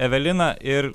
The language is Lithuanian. evelina ir